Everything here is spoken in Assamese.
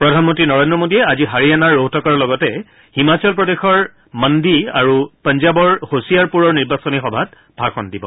প্ৰধানমন্ত্ৰী নৰেন্দ্ৰ মোদীয়ে আজি হাৰিয়ানাৰ ৰোহটকৰ লগতে হিমাচল প্ৰদেশৰ মণ্ডী আৰু পঞ্জাবৰ হোছিয়াৰপুৰৰ নিৰ্বাচনী সভাত ভাষণ দিব